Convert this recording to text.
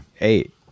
Eight